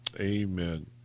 Amen